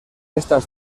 estas